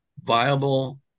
viable